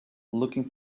looking